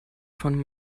von